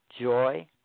Joy